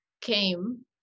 came